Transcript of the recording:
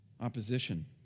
opposition